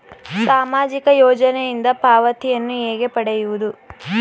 ಸಾಮಾಜಿಕ ಯೋಜನೆಯಿಂದ ಪಾವತಿಯನ್ನು ಹೇಗೆ ಪಡೆಯುವುದು?